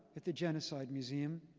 at the genocide museum.